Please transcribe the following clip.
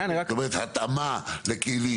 זאת אומרת, התאמה לכלים.